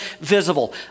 visible